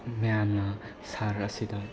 ꯃꯌꯥꯝꯅ ꯁꯍꯔ ꯑꯁꯤꯗ